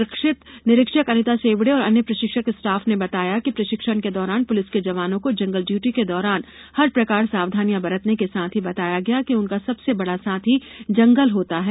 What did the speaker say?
रक्षित निरीक्षक अनीता सेबड़े और अन्य प्रशिक्षक स्टाफ ने बताया कि प्रशिक्षण के दौरान पुलिस के जवानों को जंगल ड्यटी के दौरान हर प्रकार सावधानियां बरतने के साथ ही बताया गया कि उनका सबसे बड़ा साथी जंगल होता है